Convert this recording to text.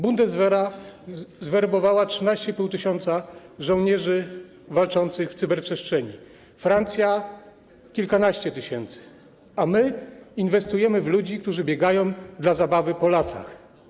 Bundeswehra zwerbowała 13,5 tys. żołnierzy walczących w cyberprzestrzeni, Francja - kilkanaście tysięcy, a my inwestujemy w ludzi, którzy biegają dla zabawy po lasach.